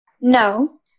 No